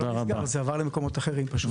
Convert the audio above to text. זה לא נסגר, זה פשוט עבר למקומות אחרים.